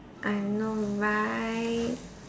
I know right